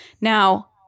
Now